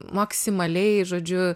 maksimaliai žodžiu